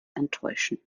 enttäuschen